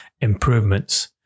improvements